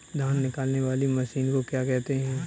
धान निकालने वाली मशीन को क्या कहते हैं?